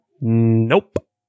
Nope